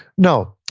no.